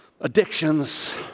addictions